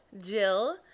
Jill